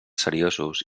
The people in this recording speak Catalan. seriosos